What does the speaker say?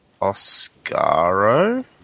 Oscaro